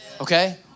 okay